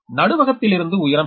நடுவகத்திலிருந்து உயரம் h